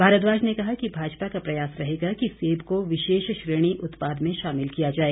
भारद्वाज ने कहा कि भाजपा का प्रयास रहेगा कि सेब को विशेष श्रेणी उत्पाद में शामिल किया जाए